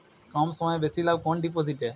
কম সময়ে বেশি লাভ কোন ডিপোজিটে?